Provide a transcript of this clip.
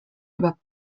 über